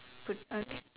put a